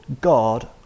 God